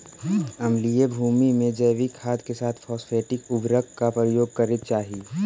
अम्लीय भूमि में जैविक खाद के साथ फॉस्फेटिक उर्वरक का प्रयोग करे चाही